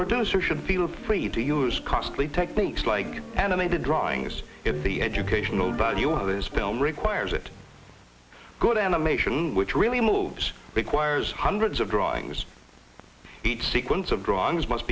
producer should feel free to use costly techniques like animated drawings if the educational value of this film requires that good animation which really moves requires hundreds of drawings each sequence of drawings must